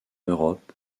europe